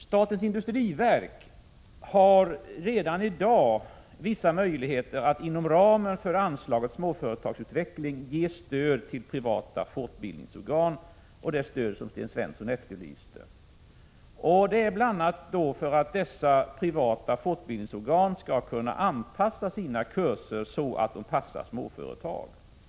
Statens industriverk har redan i dag vissa möjligheter att inom ramen för anslaget Småföretagsutveckling ge stöd till privata fortbildningsorgan, det stöd som Sten Svensson efterlyste, bl.a. för att dessa privata fortbildningsor gan skall kunna anpassa sina kurser så att de passar småföretag. Jag vill gärna — Prot.